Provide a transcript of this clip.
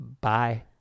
bye